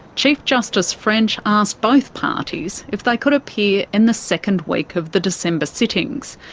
chief justice french asked both parties if they could appear in the second week of the december sittings.